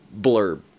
blurb